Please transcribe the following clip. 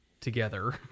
together